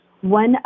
One